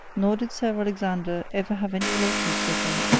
nor did sir alexander ever have any relations with them.